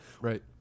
Right